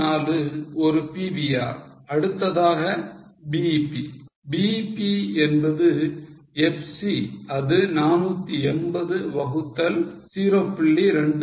24 ஒரு PVR அடுத்ததாக BEP BEP என்பது FC அது 480 வகுத்தல் 0